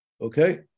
Okay